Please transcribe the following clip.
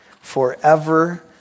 forever